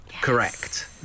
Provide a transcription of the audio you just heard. Correct